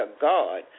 God